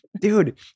dude